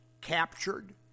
captured